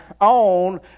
on